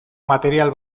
material